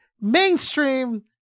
mainstream